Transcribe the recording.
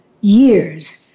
years